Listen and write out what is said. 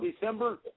December